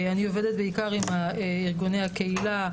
אני עובדת בעיקר עם ארגוני הקהילה,